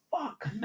fuck